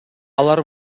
алар